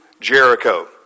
Jericho